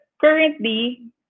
currently